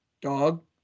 Dog